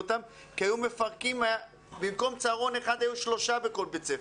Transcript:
מיליונים כי במקום צהרון אחד היו שלושה בכל בית ספר.